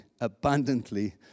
abundantly